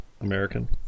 American